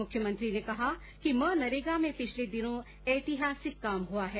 मुख्यमंत्री ने कहा कि मनरेगा में पिछले दिनों ऐतिहासिक काम हुआ है